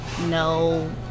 no